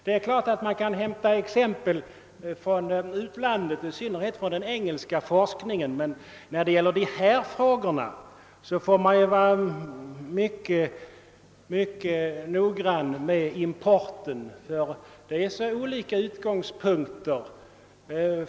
Det är klart att man kan hämta exem pel från utlandet, i synnerhet från den engelska forskningen, men man måste vara mycket noggrann vid import i sådana här sammanhang, eftersom utgångspunkterna är så olika.